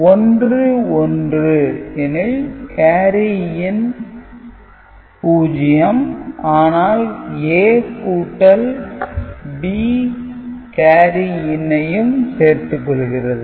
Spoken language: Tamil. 11 எனில் கேரி இன் 0 ஆனால் A கூட்டல் B கேரி இன் ஐ யும் சேர்த்துக் கொள்கிறது